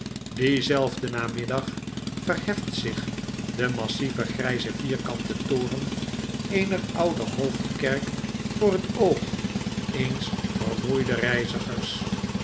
dienzelfden namiddag verheft zich de massieve gryze vierkante toren eener oude hoofdkerk voor het oog eesns vermoeiden reizigers